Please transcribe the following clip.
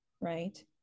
right